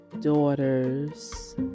daughter's